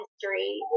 history